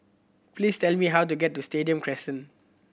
please tell me how to get to Stadium Crescent